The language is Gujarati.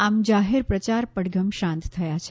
આમ જાહેર પ્રચાર પડઘમ શાંત થયા છે